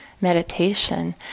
meditation